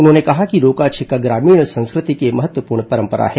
उन्होंने कहा कि रोका छेकाँ ग्रामीण संस्कृति की महत्वपूर्ण परंपरा है